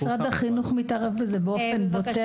משרד החינוך מתערב בזה באופן בוטה